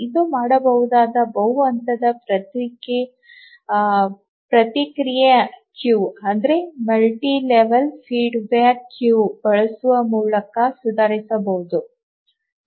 ಇದು ಮಾಡಬಹುದು ಬಹು ಹಂತದ ಪ್ರತಿಕ್ರಿಯೆ ಕ್ಯೂ ಬಳಸುವ ಮೂಲಕ ಸುಧಾರಿಸಬಹುದು